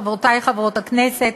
חברותי חברות הכנסת,